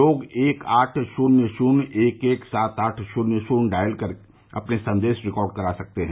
लोग एक आठ शून्य शून्य एक एक सात आठ शून्य शून्य डायल कर अपने संदेश रिकार्ड करा सकते हैं